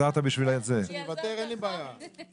שהצלחתי לרגש הרבה אנשים כי אתה בדרך כלל אומר שאני ציני,